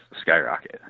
skyrocket